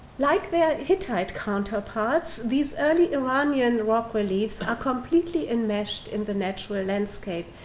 like the hittite counterparts, these early iranian rock reliefs are completely enmeshed in the natural landscape,